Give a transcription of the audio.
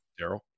Daryl